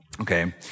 okay